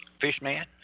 Fishman